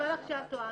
משיבה לך שאת טועה.